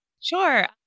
Sure